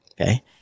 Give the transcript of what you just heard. Okay